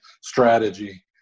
strategy